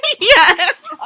yes